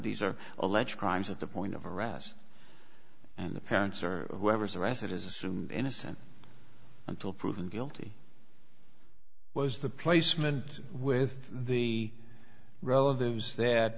these are alleged crimes at the point of arrest and the parents or whoever's arrested is assumed innocent until proven guilty was the placement with the relatives that